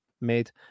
made